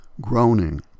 groaning